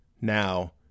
Now